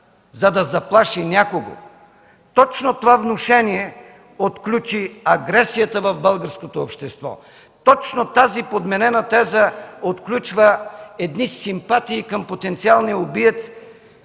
за да заплаши някого. Точно това внушение отключи агресията в българското общество. Точно тази подменена теза отключва симпатии към потенциалния убиец,